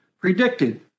predicted